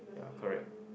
ya correct